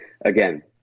again